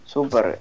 Super